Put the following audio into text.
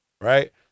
right